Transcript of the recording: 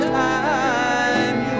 time